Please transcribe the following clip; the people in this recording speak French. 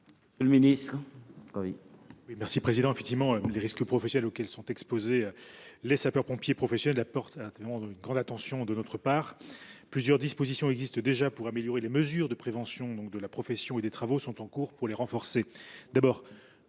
monsieur le ministre.